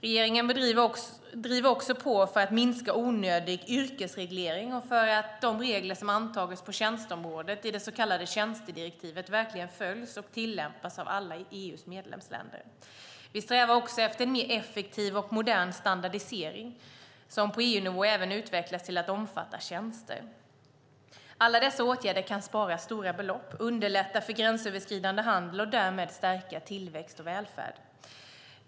Regeringen driver också på för att minska onödig yrkesreglering och för att de regler som antagits på tjänsteområdet i det så kallade tjänstedirektivet verkligen följs och tillämpas av alla EU:s medlemsländer. Vi strävar också efter en mer effektiv och modern standardisering, som på EU-nivå även utvecklas till att omfatta tjänster. Alla dessa åtgärder kan spara stora belopp, underlätta för gränsöverskridande handel och därmed stärka tillväxt och välfärd.